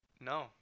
No